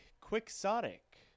Quixotic